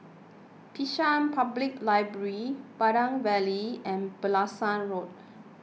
Bishan Public Library Pandan Valley and Pulasan Road